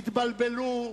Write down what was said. תתבלבלו,